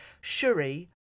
Shuri